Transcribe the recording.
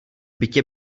bytě